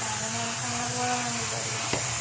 ആ അതുകൊണ്ട് നമുക്ക് അങ്ങനെ പോവാം എന്നാണ് നമ്മൾ വിചാരിക്കുന്നത്